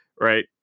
Right